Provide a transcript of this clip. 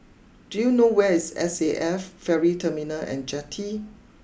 do you know where is S A F Ferry Terminal and Jetty